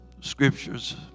scriptures